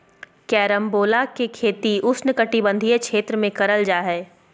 carambola के खेती उष्णकटिबंधीय क्षेत्र में करल जा हय